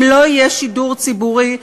אם לא יהיה שידור ציבורי,